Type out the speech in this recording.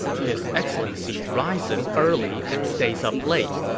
his excellency rises early and stays up late.